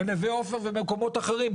בנוה עופר ובמקומות אחרים,